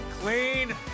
clean